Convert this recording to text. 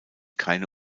keine